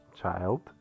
child